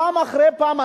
פעם אחרי פעם,